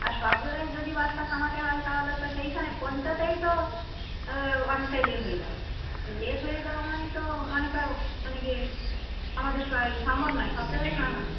আর সব জায়গায় যদি বাসটা থামাতে হয় তাহলে তো সেইখানে পৌঁছাতেই তো অনেকটাই লেট হয়ে যাব লেট হয়ে যাওয়া মানেই তো অনেটা মানে গ আমাদের সাই সম্ভব নয় সব জায়গায় থামানো